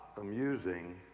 amusing